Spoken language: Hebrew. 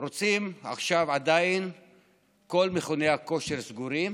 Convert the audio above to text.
כל מכוני הכושר סגורים